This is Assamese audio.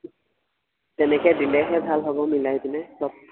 তেনেকে দিলেহে ভাল হ'ব মিলাই পিনে চব